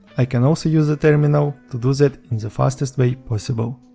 i can also use the terminal to do that in the fastest way possible.